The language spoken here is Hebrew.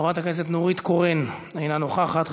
חברת הכנסת נורית קורן, אינה נוכחת.